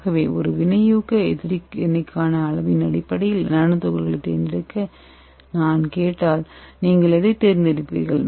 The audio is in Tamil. ஆகவே ஒரு வினையூக்க எதிர்வினைக்கான அளவின் அடிப்படையில் நானோ துகள்களைத் தேர்ந்தெடுக்க நான் கேட்டால் நீங்கள் எதைத் தேர்ந்தெடுப்பீர்கள்